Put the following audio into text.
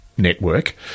network